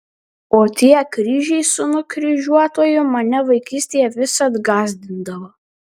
o tie kryžiai su nukryžiuotuoju mane vaikystėje visad gąsdindavo